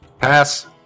Pass